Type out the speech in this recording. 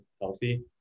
healthy